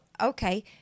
okay